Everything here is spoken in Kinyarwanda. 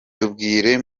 tubwire